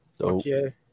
Okay